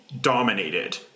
dominated